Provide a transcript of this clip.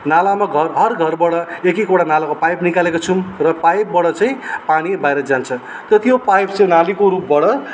नालामा घर हर घरबाट एकएकवटा नालाको पाइप निकालेको छौँ र पाइपबाट चाहिँ पानी बाहिर जान्छ र त्यो पाइप चाहिँ नालीको रूपबाट